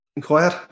quiet